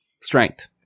Strength